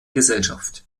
gesellschaft